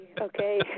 Okay